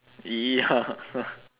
ya